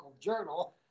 journal